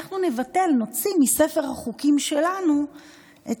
אנחנו נבטל ונוציא מספר החוקים שלנו את